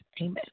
Amen